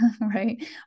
right